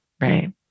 Right